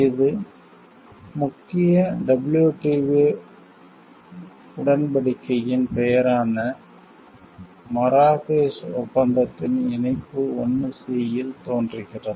இது முக்கிய WTO உடன்படிக்கையின் பெயரான மராகேஷ் ஒப்பந்தத்தின் இணைப்பு 1 C இல் தோன்றுகிறது